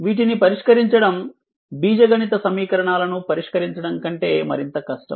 వీటిని పరిష్కరించడం బీజగణిత సమీకరణాలను పరిష్కరించడం కంటే మరింత కష్టం